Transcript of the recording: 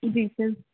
ਜੀ ਸਰ